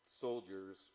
soldiers